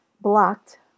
blocked